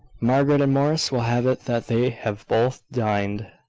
margaret and morris will have it that they have both dined.